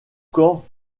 corps